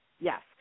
Yes